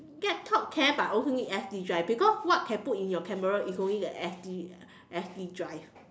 laptop can but also need S_D drive because what can put in your camera is only the S_D S_D drive